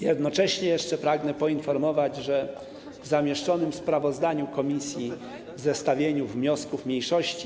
Jednocześnie pragnę poinformować, że w zamieszczonym sprawozdaniu komisji, w zestawieniu wniosków mniejszości.